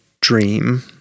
dream